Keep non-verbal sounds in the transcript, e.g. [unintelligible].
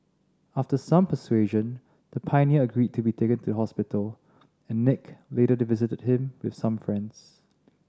after some persuasion the pioneer agreed to be taken to hospital and Nick later [unintelligible] visited him with some friends